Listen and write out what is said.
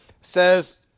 says